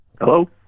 Hello